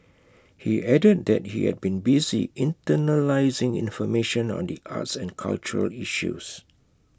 he added that he had been busy internalising information on the arts and cultural issues